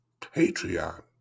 Patreon